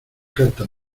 carta